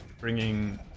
Bringing